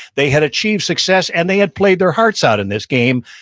they had achieved success, and they had played their hearts out in this game.